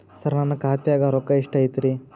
ಸರ ನನ್ನ ಖಾತ್ಯಾಗ ರೊಕ್ಕ ಎಷ್ಟು ಐತಿರಿ?